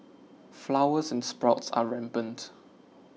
flowers and sprouts are rampant